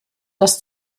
das